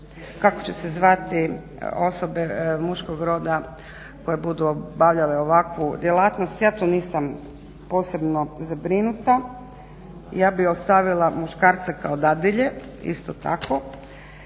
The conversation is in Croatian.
kako će se zvati osobe muškog roda koje budu obavljale ovakvu djelatnost. Ja tu nisam posebno zabrinuta, ja bih ostavila muškarca kao dadilje isto tako.